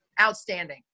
outstanding